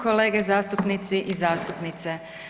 Kolege zastupnici i zastupnice.